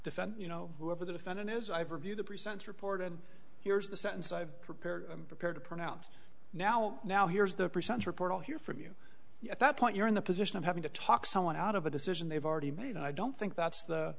defend you know whoever the defendant is i've reviewed the present report and here's the sentence i've prepared prepared to pronounce now now here's the present report i'll hear from you at that point you're in the position of having to talk someone out of a decision they've already made i don't think that's the